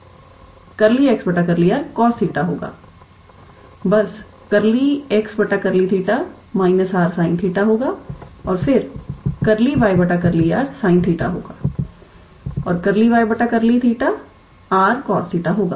𝜕𝑥𝜕𝑟 cos 𝜃 होगा बस 𝜕𝑥 𝜕𝜃 −𝑟 sin 𝜃 होगा और फिर 𝜕𝑦 𝜕𝑟 sin 𝜃 होगा और 𝜕𝑦 𝜕𝜃 rcos 𝜃 होगा